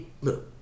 look